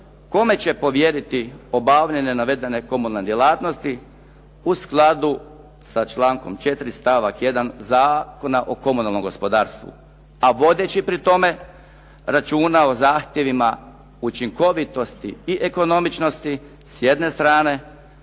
kome će povjeriti obavljanje navedene komunalne djelatnosti u skladu sa člankom 4. stavak 1. Zakona o komunalnom gospodarstvu a vodeći pri tome računa o zahtjevima učinkovitosti i ekonomičnosti s jedne strane